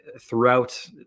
throughout